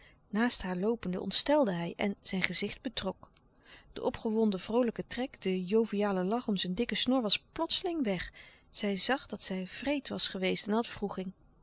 naast haar loopende ontstelde hij en zijn gezicht betrok de opgewonden vroolijke trek de joviale lach om zijn dikken snor was plotseling weg zij zag dat zij wreed was geweest en